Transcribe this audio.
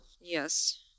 Yes